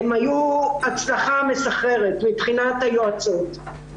הן היו הצלחה מסחררת מבחינת היועצות.